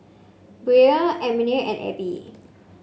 Brion Almina and Abbie